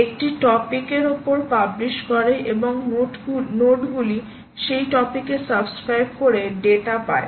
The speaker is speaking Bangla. একটি টপিক এর ওপর পাবলিশ করে এবং নোটগুলি সেই টপিকে সাবস্ক্রাইব করে ডেটা পায়